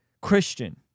Christian